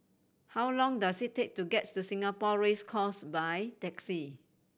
how long does it take to get to Singapore Race Course by taxi